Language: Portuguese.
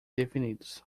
definidos